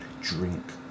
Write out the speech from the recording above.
drink